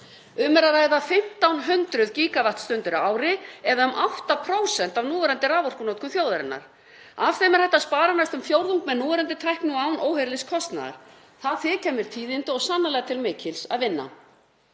Um er að ræða 1.500 GWst á ári, eða um 8% af núverandi raforkunotkun þjóðarinnar. Af þeim er hægt að spara næstum fjórðung með núverandi tækni og án óheyrilegs kostnaðar. Það þykja mér tíðindi og sannarlega til mikils að vinna.